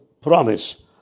promise